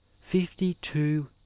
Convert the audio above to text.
fifty-two